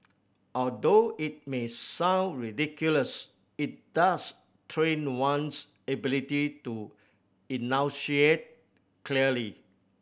although it may sound ridiculous it does train one's ability to enunciate clearly